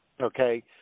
Okay